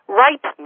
right